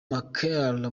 merkel